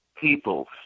people